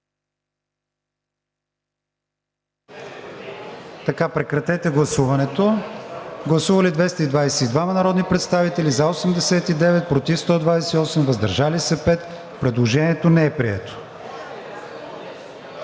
режим на гласуване. Гласували 224 народни представители: за 89, против 128, въздържали се 7. Предложението не е прието.